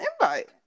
invite